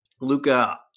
Luca